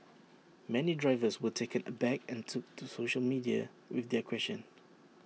many drivers were taken aback and took to social media with their questions